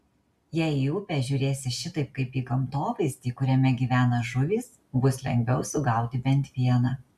jei į upę žiūrėsi šitaip kaip į gamtovaizdį kuriame gyvena žuvys bus lengviau sugauti bent vieną